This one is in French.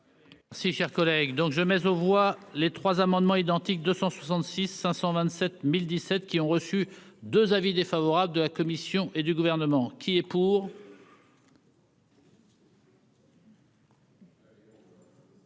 Si cher collègue, donc je mais aux voix les trois amendements identiques 266 527017 qui ont reçu 2 avis défavorable de la Commission et du gouvernement qui est pour.